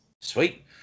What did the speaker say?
Sweet